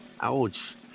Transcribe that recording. Ouch